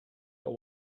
that